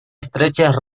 estrechas